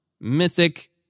mythic